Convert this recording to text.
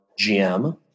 GM